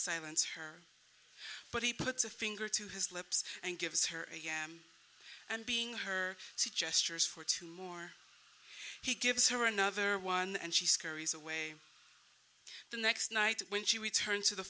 silence her but he puts a finger to his lips and gives her am and being her she gestures for two more he gives her another one and she scurries away the next night when she returns to the